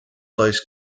does